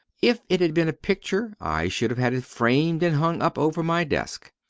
if it had been a picture, i should have had it framed and hung up over my desk,